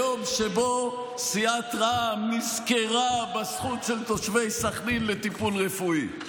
היום שבו סיעת רע"מ נזכרה בזכות של תושבי סח'נין לטיפול רפואי.